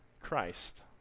Christ